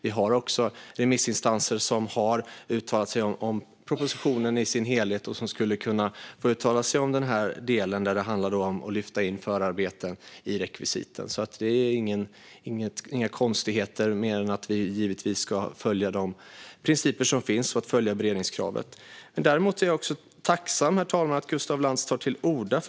Vi har remissinstanser som har uttalat sig om propositionen i dess helhet och som skulle kunna få uttala sig om den del som handlar om att lyfta in förarbeten i rekvisiten. Det är inga konstigheter mer än att vi givetvis ska följa de principer som finns liksom beredningskravet. Jag är däremot tacksam för att Gustaf Lantz tar till orda.